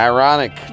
Ironic